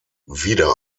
wieder